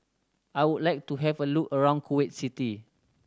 I would like to have a look around Kuwait City